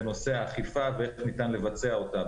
זה נושא האכיפה ואיך ניתן לבצע אותה.